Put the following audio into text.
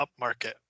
upmarket